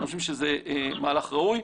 אנחנו חושבים שזה מהלך ראוי.